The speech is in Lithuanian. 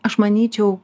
aš manyčiau